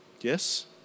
Yes